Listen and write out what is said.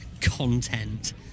content